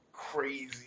Crazy